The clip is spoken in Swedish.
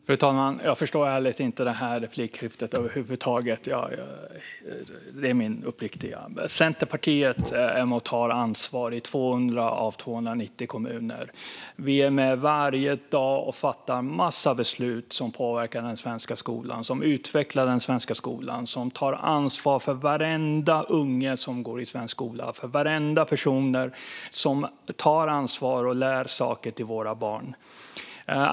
Fru talman! Jag förstår ärligt talat inte det här replikskiftet över huvud taget. Centerpartiet är med och tar ansvar i 200 av 290 kommuner. Vi är med varje dag och fattar en massa beslut som påverkar den svenska skolan, som utvecklar den och som tar ansvar för varenda unge som går i svensk skola och varenda person som lär ut saker till våra barn.